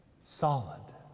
solid